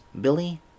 Billy